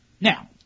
Now